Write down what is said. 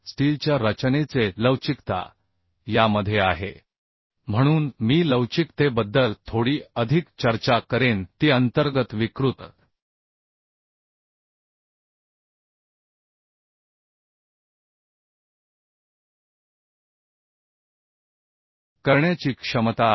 स्टीलचा स्ट्रेस आणि ग्रेड बरोबर आता लवचिकतेकडे येणे हा एक अतिशय महत्त्वाचा प्यारामीटर स्टीलच्या रचनेचे लवचिकता यामध्ये आहे म्हणून मी डक्टीलिटीबद्दल थोडी अधिक चर्चा करेन ती अंतर्गत विकृत करण्याची क्षमता आहे